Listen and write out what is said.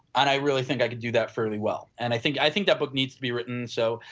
and i really think i can do that fairly well and i think i think that book needs to be written so,